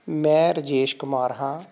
ਮੈਂ ਰਜੇਸ਼ ਕੁਮਾਰ ਹਾਂ